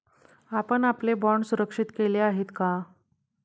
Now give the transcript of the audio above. आपण आपले बाँड सुरक्षित केले आहेत का?